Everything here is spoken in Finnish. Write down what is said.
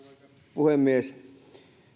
puhemies